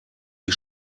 die